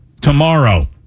tomorrow